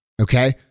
Okay